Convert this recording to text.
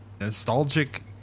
nostalgic